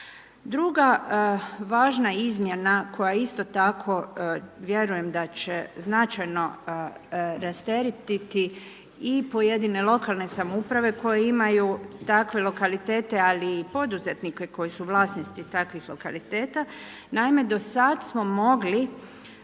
Druga važna izmjena koja isto tako vjerujem da će značajno rasteretiti i pojedine lokalne samouprave koje imaju takve lokalitete, ali i poduzetnike koji su vlasnici takvih lokaliteta. Naime, do sad smo mogli